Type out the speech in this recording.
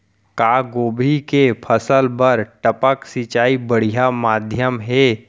का गोभी के फसल बर टपक सिंचाई बढ़िया माधयम हे?